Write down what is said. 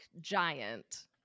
giant